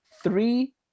Three